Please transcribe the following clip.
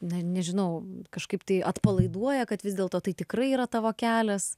na nežinau kažkaip tai atpalaiduoja kad vis dėlto tai tikrai yra tavo kelias